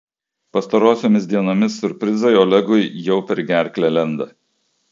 pastarosiomis dienomis siurprizai olegui jau per gerklę lenda